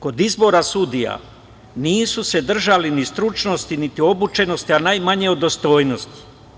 Kod izbora sudija nisu se držali ni stručnosti, niti obučenosti, a najmanje o dostojnosti.